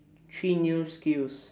three new skills